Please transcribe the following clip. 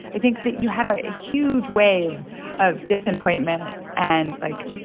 i think that you had a huge wave of disappointment and, like,